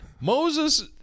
Moses